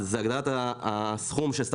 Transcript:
מ-6 מיליון שקל ל-20 מיליון שקל.